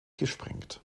gesprengt